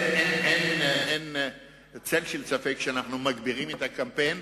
אין צל של ספק שאנחנו מגבירים את הקמפיין.